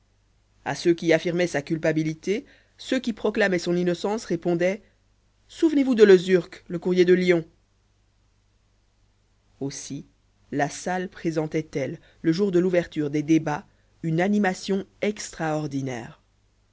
à ceux qui affirmaient sa culpabilité ceux qui proclamaient son innocence répondaient souvenez-vous de lesurque le courrier de lyon aussi la salle présentait elle le jour de l'ouverture des débats une animation extraordinaire